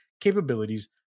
capabilities